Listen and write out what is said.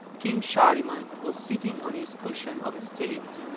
king shahriman was sitting on his cushion of estate,